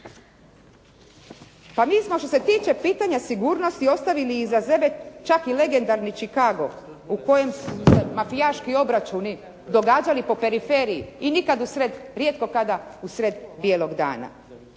Pa mi smo što se tiče pitanja sigurnosti ostavili iza sebe čak i legendarni Chicago u kojem su se mafijaški obračuni događali po periferiji i nikad u sred, rijetko kada u sred bijelog dana.